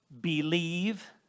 believe